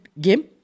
game